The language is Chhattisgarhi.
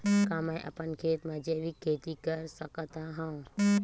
का मैं अपन खेत म जैविक खेती कर सकत हंव?